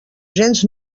gens